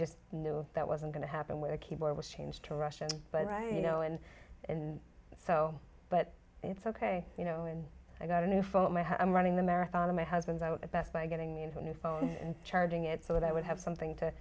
just knew that wasn't going to happen with a keyboard was changed to russian but right you know and and so but it's ok you know and i got a new phone my i'm running the marathon of my husband's out at best buy getting me into a new phone and charging it so that i would have something to